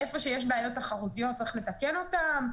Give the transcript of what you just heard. שהיכן שיש בעיות תחרותיות צריך לתקן אותן,